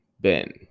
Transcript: Ben